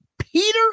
Peter